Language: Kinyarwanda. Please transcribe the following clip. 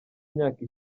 myaka